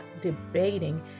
debating